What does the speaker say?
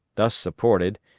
thus supported,